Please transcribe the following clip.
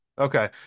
Okay